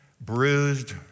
bruised